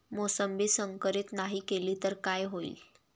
मोसंबी संकरित नाही केली तर काय होईल?